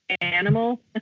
animal